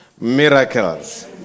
miracles